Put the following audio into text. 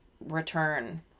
return